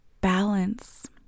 balance